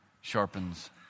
sharpens